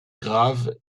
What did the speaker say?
graves